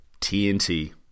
TNT